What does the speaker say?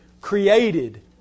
created